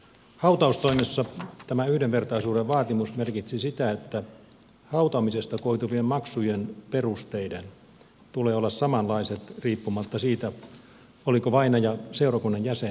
hautaustoimessa tämä yhdenvertaisuuden vaatimus merkitsi sitä että hautaamisesta koituvien maksujen perusteiden tulee olla samanlaiset riippumatta siitä oliko vainaja seurakunnan jäsen vai ei